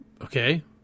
Okay